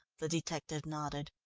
the detective nodded.